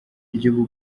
ry’ubu